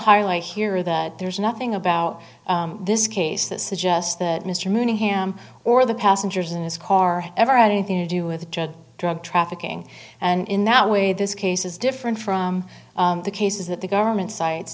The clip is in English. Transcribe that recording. highlight here that there's nothing about this case that suggests that mr mooney him or the passengers in his car ever had anything to do with drug trafficking and in that way this case is different from the cases that the government cites